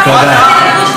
זה סוג של הסתה.